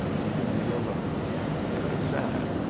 leaving me alone and very sad,